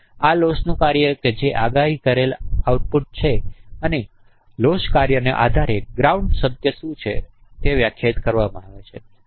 આ લોસનું કાર્ય છે જે આગાહી કરેલ આઉટપુટ છે અને આ લોસ કાર્યને આધારે ગ્રાઉંડ સત્ય શું છે તે વ્યાખ્યાયિત કરવામાં આવેછે